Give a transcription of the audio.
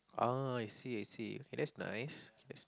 ah I see I see okay that's nice that's